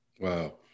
Wow